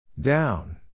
Down